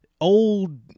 old